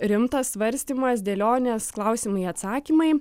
rimtas svarstymas dėlionės klausimai atsakymai